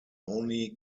only